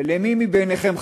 ולמי מביניכם,